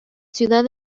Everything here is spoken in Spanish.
ciudad